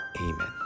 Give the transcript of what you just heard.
Amen